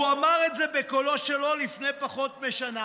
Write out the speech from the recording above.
הוא אמר את זה בקולו שלו לפני פחות משנה,